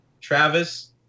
travis